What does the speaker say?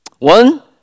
One